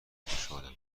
خوشحالم